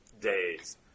days